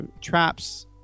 traps